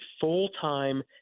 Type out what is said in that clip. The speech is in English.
full-time